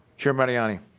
chair mariani